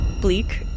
Bleak